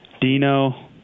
Dino